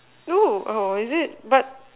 no oh is it but